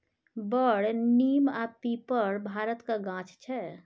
बर, नीम आ पीपर भारतक गाछ छै